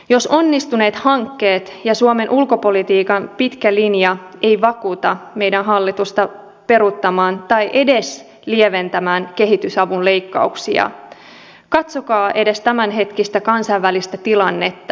jos onnistuneet hankkeet ja suomen ulkopolitiikan pitkä linja eivät vakuuta meidän hallitusta peruuttamaan tai edes lieventämään kehitysavun leikkauksia katsokaa edes tämänhetkistä kansainvälistä tilannetta